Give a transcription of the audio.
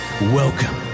Welcome